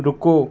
रुको